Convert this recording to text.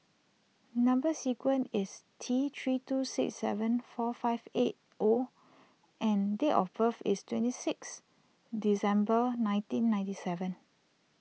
Number Sequence is T three two six seven four five eight O and date of birth is twenty six December nineteen ninety seven